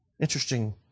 Interesting